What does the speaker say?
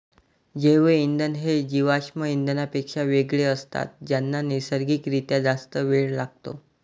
जैवइंधन हे जीवाश्म इंधनांपेक्षा वेगळे असतात ज्यांना नैसर्गिक रित्या जास्त वेळ लागतो